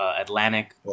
Atlantic